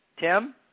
Tim